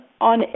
on